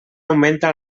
augmenta